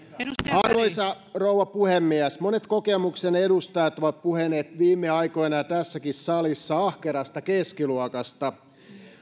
arvoisa rouva puhemies monet kokoomuksen edustajat ovat puhuneet viime aikoina ja tässäkin salissa ahkerasta keskiluokasta